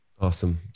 Awesome